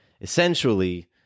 essentially